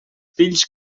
fills